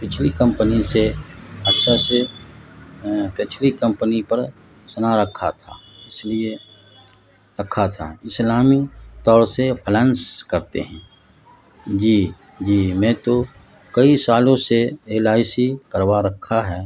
پچھلی کمپنی سے اچھا سے پچھلی کمپنی پر سنا رکھا تھا اس لیے رکھا تھا اسلامی طور سے فائنانس کرتے ہیں جی جی میں تو کئی سالوں سے ایل آئی سی کروا رکھا ہے